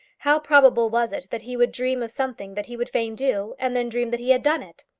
how probable was it that he would dream of something that he would fain do, and then dream that he had done it!